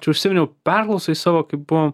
čia užsiminiau perklausoj savo kai buvom